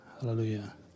Hallelujah